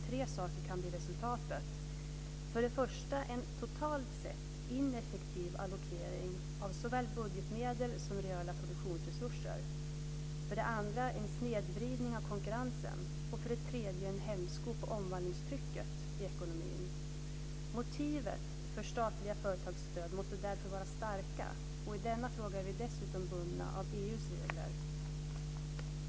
Tre saker kan bli resultatet: för det första en totalt sett ineffektiv allokering av såväl budgetmedel som reala produktionsresurser, för det andra en snedvridning av konkurrensen och för det tredje en hämsko på omvandlingstrycket i ekonomin. Motiven för statliga företagsstöd måste därför vara starka. I denna fråga är vi dessutom bundna av EU:s regler.